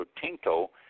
Tinto